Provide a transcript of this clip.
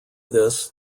this